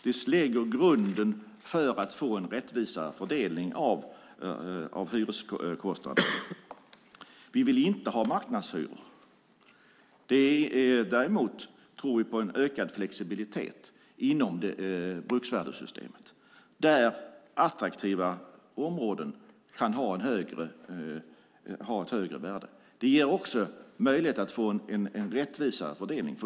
Den lägger grunden för att få en rättvisare fördelning av hyreskostnaderna. Vi vill inte ha marknadshyror. Däremot tror vi på en ökad flexibilitet inom bruksvärdessystemet, där attraktiva områden kan ha ett högre värde. Det ger också möjlighet att få en rättvisare fördelning.